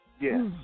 Yes